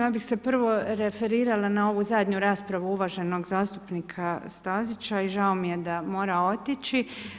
Ja bih se prvo referirala na ovu zadnju raspravu uvaženog zastupnika Stazića i žao mi je da mora otići.